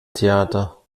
theater